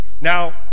Now